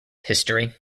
history